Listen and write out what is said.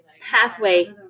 pathway